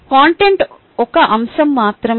content ఒక అంశం మాత్రమే